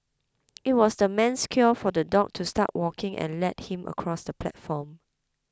it was the man's cue for the dog to start walking and lead him across the platform